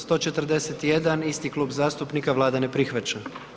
141, isti klub zastupnika, Vlada ne prihvaća.